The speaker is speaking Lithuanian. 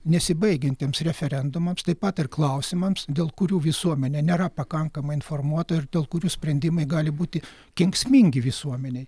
nesibaigiantiems referendumams taip pat ir klausimams dėl kurių visuomenė nėra pakankamai informuota ir dėl kurių sprendimai gali būti kenksmingi visuomenei